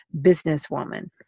businesswoman